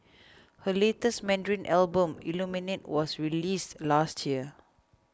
her latest Mandarin Album Illuminate was released last year